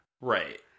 right